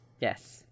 Yes